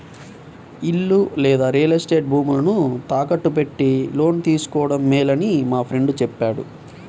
ఇల్లు లేదా real estate భూములను తాకట్టు పెట్టి లోను తీసుకోడం మేలని మా ఫ్రెండు చెప్పాడు